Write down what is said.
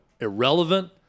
irrelevant